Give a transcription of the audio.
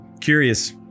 curious